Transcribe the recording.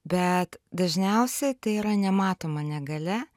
bet dažniausiai tai yra nematoma negalia